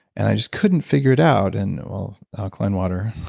and i just couldn't figure it out and well, alkaline water,